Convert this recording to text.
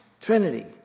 Trinity